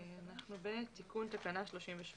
17ב.תיקון תקנה 38